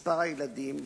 מספר הילדים,